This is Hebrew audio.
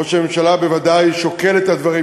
ראש הממשלה בוודאי שוקל את הדברים,